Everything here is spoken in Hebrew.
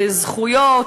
לזכויות,